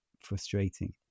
frustrating